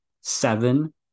seven